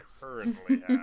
currently